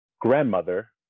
grandmother